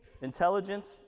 intelligence